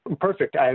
Perfect